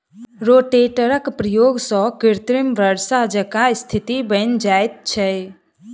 रोटेटरक प्रयोग सॅ कृत्रिम वर्षा जकाँ स्थिति बनि जाइत छै